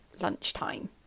lunchtime